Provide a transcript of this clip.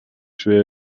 schwer